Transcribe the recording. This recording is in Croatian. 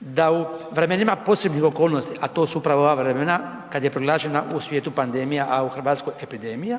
da u vremenima posebnih okolnosti, a to su upravo ova vremena kad je proglašena u svijetu pandemija, a u RH epidemija,